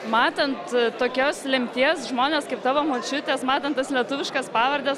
matant tokios lemties žmones kaip tavo močiutės matant tas lietuviškas pavardes